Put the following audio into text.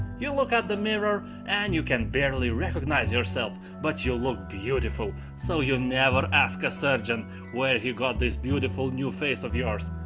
you look at the mirror and you can barely recognize yourself, but you look beautiful, so you never ask a surgeon where he got this beautiful new face of yours.